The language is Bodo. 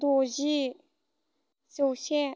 द'जि जौसे